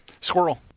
Squirrel